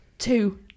two